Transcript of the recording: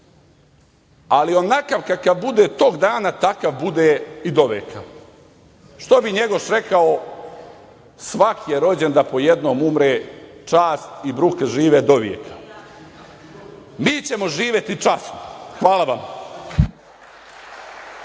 ali onakav kakav bude tog dana takav neka bude i doveka, što bi Njegoš rekao – svaki je rođen da po jednom umre, čast i bruke žive dovijeka. Mi ćemo živeti časno. Hvala vam.